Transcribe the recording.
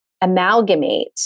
Amalgamate